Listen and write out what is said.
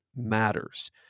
matters